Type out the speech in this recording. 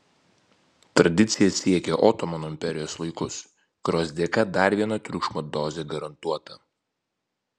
tradicija siekia otomano imperijos laikus kurios dėka dar viena triukšmo dozė garantuota